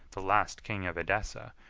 the last king of edessa,